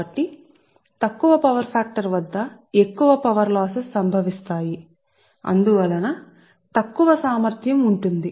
కాబట్టి తక్కువ power factor లో ఎక్కువ పవర్ లాస్ సంభవిస్తాయి మరియు అందువల్ల తక్కువ సామర్థ్యం ఉంటుంది